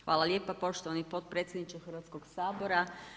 Hvala lijepa poštovani potpredsjedniče Hrvatskog sabora.